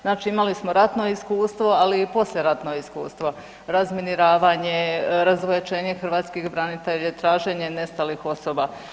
Znači imali smo ratno iskustvo, ali i poslijeratno iskustvo, razminiravanje, razvojačenje hrvatskih branitelja i traženje nestalih osoba.